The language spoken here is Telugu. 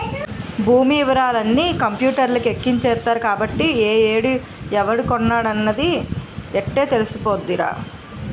భూమి యివరాలన్నీ కంపూటర్లకి ఎక్కించేత్తరు కాబట్టి ఏ ఏడు ఎవడు కొన్నాడనేది యిట్టే తెలిసిపోద్దిరా